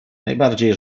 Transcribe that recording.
najbardziej